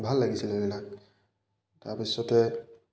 ভাল লাগিছিল সেইবিলাক তাৰপিছতে